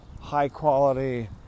high-quality